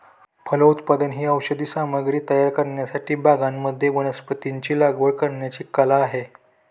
फलोत्पादन ही औषधी सामग्री तयार करण्यासाठी बागांमध्ये वनस्पतींची लागवड करण्याची कला आहे